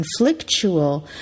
conflictual